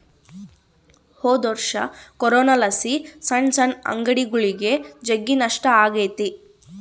ಹೊದೊರ್ಷ ಕೊರೋನಲಾಸಿ ಸಣ್ ಸಣ್ ಅಂಗಡಿಗುಳಿಗೆ ಜಗ್ಗಿ ನಷ್ಟ ಆಗೆತೆ